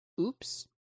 oops